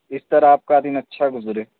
اس طرح آپ کا دن اچھا گزرے